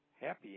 happy